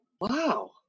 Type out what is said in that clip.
Wow